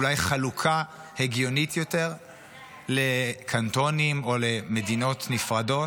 אולי חלוקה הגיונית יותר לקנטונים או למדינות נפרדות,